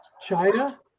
China